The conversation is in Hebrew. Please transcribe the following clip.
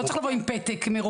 הוא לא צריך לבוא עם פתק מרופא.